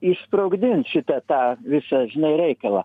išsprogdint šitą tą viską žinai reikalą